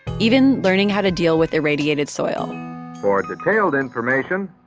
even learning how to deal with irradiated soil for detailed information,